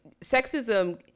sexism